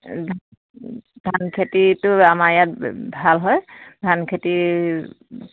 ধান খেতিটো আমাৰ ইয়াত ভাল হয় ধান খেতি